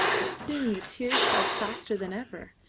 but soon the tears fell faster than ever,